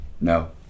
No